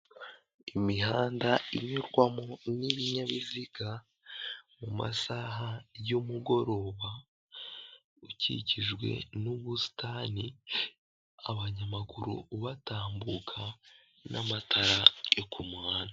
Imihanda inyurwamo n'ibinyabiziga mu masaha y'umugoroba, ukikijwe n'ubusitani, abanyamaguru batambuka n'amatara yo ku muhanda.